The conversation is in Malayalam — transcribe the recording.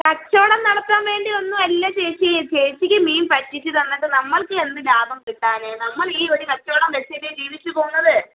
കച്ചവടം നടത്താൻ വേണ്ടി ഒന്നും അല്ല ചേച്ചി ചേച്ചിക്ക് മീൻ പറ്റിച്ച് തന്നിട്ട് നമുക്ക് എന്ത് ലാഭം കിട്ടാൻ നമ്മൾ ഈ ഒരു കച്ചവടം വെച്ചല്ലേ ജീവിച്ച് പോവുന്നത്